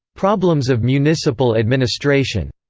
problems of municipal administration,